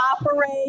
operate